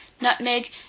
nutmeg